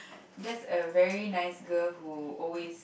just a very nice girl who always